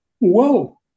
whoa